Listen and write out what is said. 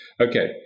Okay